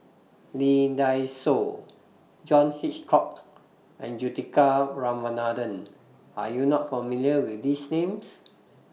Lee Dai Soh John Hitchcock and Juthika Ramanathan Are YOU not familiar with These Names